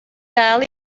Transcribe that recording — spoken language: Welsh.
dal